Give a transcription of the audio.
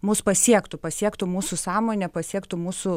mus pasiektų pasiektų mūsų sąmonę pasiektų mūsų